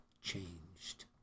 changed